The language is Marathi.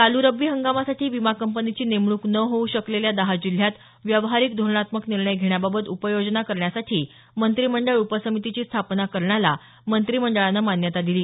चालू रब्बी हंगामासाठी विमा कंपनीची नेमणूक न होऊ शकलेल्या दहा जिल्ह्यात व्यावहारिक धोरणात्मक निर्णय घेण्याबाबत उपाययोजना करण्यासाठी मंत्रिमंडळ उपसमितीची स्थापना करण्याला मंत्रिमंडळानं मान्यता दिली